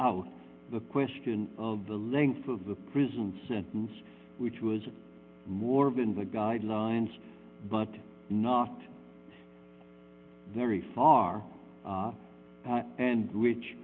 out the question of the length of the prison sentence which was more than the guidelines but not very far and which